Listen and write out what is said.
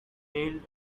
hailed